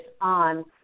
on